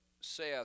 saith